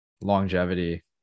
longevity